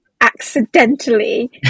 accidentally